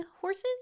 horses